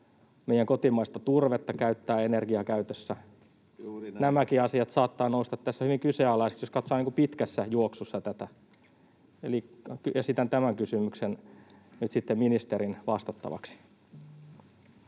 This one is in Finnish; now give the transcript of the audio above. meidän kotimaista turvetta käyttää energiakäytössä. Nämäkin asiat saattavat nousta tässä hyvin kyseenalaisiksi, jos katsoo tätä pitkässä juoksussa. Eli esitän tämän kysymyksen nyt sitten ministerin vastattavaksi.